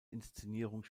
inszenierung